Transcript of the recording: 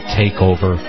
takeover